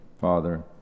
father